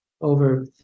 over